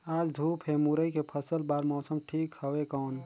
आज धूप हे मुरई के फसल बार मौसम ठीक हवय कौन?